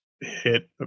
hit